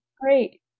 Great